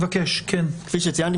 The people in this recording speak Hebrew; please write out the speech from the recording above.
כפי שציינתי,